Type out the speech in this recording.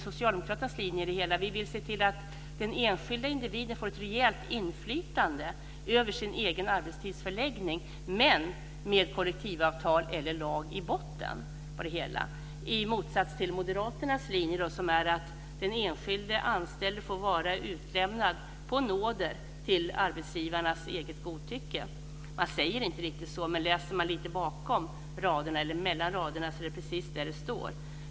Socialdemokraternas linje i det hela är just att se till att den enskilda individen får ett rejält inflytande över sin egen arbetstids förläggning, men med kollektivavtal eller lag i botten; detta i motsats till Moderaternas linje, nämligen att den enskilde anställde får vara utlämnad på nåder till arbetsgivarnas eget godtycke. Man säger inte riktigt så men läser man lite mellan raderna så är det precis vad som sägs.